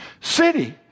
city